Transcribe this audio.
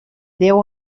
déu